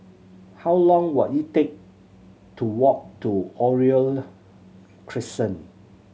how long will it take to walk to Oriole Crescent